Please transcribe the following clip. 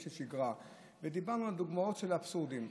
של שגרה ודיברנו על דוגמאות לאבסורדים.